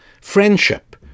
friendship